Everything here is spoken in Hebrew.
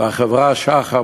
והחברה "שחם",